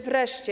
Wreszcie.